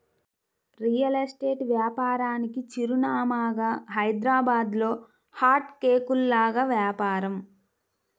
real estate వ్యాపారానికి చిరునామాగా హైదరాబాద్లో హాట్ కేకుల్లాగా వ్యాపారం